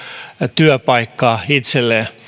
työpaikkaa itselleen